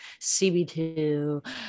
CB2